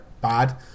bad